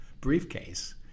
briefcase